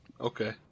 Okay